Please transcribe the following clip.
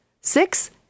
Six